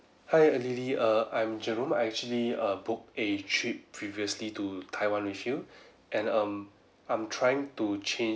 hi lily err I'm jerome I actually err book a trip previously to taiwan with you and um I'm trying to change